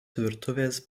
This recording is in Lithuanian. virtuvės